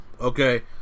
okay